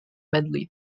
medley